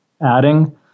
adding